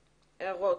הערות.